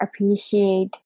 appreciate